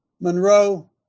Monroe